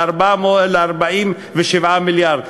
ל-47 מיליארד.